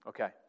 Okay